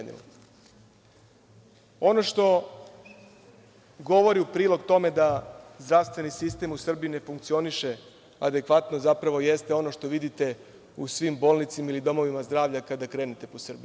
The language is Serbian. Ono što govori u prilog tome da zdravstveni sistem u Srbiji ne funkcioniše adekvatno, zapravo, jeste ono što vidite u svim bolnicama ili domovima zdravlja kada krenete po Srbiji.